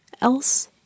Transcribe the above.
else